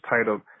titled